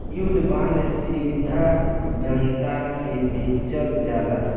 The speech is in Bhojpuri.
युद्ध बांड सीधा जनता के बेचल जाला